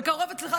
בקרוב אצלך,